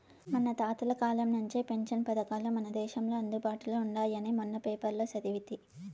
మన తాతల కాలం నుంచే పెన్షన్ పథకాలు మన దేశంలో అందుబాటులో ఉండాయని మొన్న పేపర్లో సదివితి